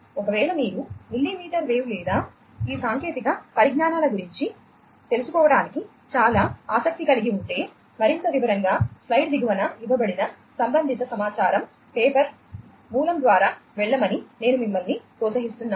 ఒకవేళ మీరు millimetre wave లేదా ఈ సాంకేతిక పరిజ్ఞానాల గురించి తెలుసుకోవటానికి చాలా ఆసక్తి కలిగి ఉంటే మరింత వివరంగా స్లైడ్ దిగువన ఇవ్వబడిన సంబంధిత సమాచారం పేపర్ మూలం ద్వారా వెళ్ళమని నేను మిమ్మల్ని ప్రోత్సహిస్తున్నాను